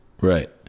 right